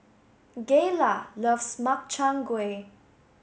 Gayla loves Makchang gui